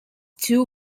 two